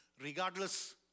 Regardless